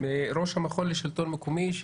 ראש המכון לשלטון מקומי.